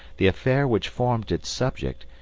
the affair which formed its subject,